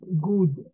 good